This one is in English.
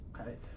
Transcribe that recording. Okay